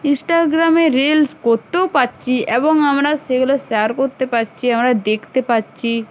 ইনস্টাগ্রামে রিলস করতেও পারছি এবং আমরা সেগুলো শেয়ার করতে পারছি আমরা দেখতে পারছি